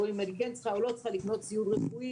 או אם אני כן או לא צריכה לקנות ציוד רפואי,